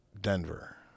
Denver